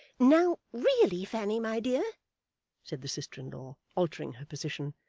now, really, fanny my dear said the sister-in-law, altering her position,